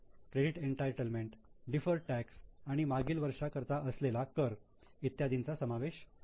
credit entitlement deferred tax आणि मागील वर्षा करता असलेला कर इत्यादींचा समावेश होतो